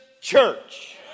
church